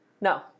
No